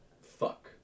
fuck